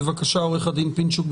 בבקשה, עורך הדין פינצ'וק.